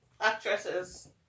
Actresses